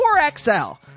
4XL